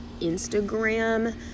Instagram